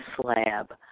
slab